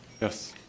Yes